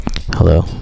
Hello